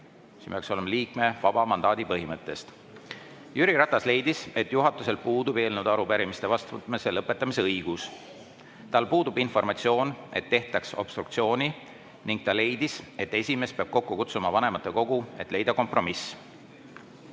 siin peaks olema "liikme" – vaba mandaadi põhimõttest. Jüri Ratas leidis, et juhatusel puudub eelnõude ja arupärimiste vastuvõtmise lõpetamise õigus. Tal puudub informatsioon, et tehtaks obstruktsiooni, ning ta leidis, et esimees peab kokku kutsuma vanematekogu, et leida kompromiss.